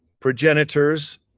progenitors